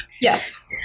Yes